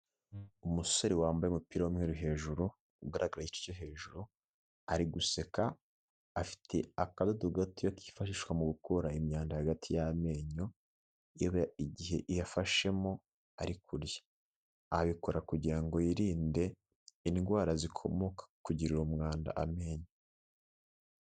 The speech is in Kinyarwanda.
Umusore wambaye umupira w'umweru hejuru, ugaragara igice cyo hejuru ari guseka, afite akadodo gatoya kifashishwa mu gukura imyanda hagati y'amenyo igihe yafashemo ari kurya, abikora kugira ngo yirinde indwara zikomoka ku kugirira umwanda amenyo.